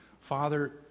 Father